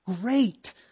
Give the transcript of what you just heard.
great